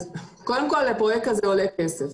הפרויקט עולה כסף.